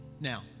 Now